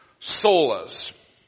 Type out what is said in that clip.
solas